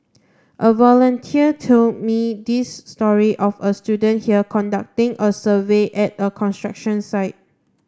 a volunteer told me this story of a student here conducting a survey at a construction site